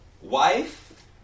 wife